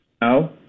No